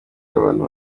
y’abantu